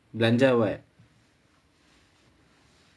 belanjar [what]